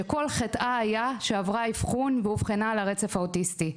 שכל חטאה היה שהיא עברה אבחון ואובחנה על הרצף האוטיסטי.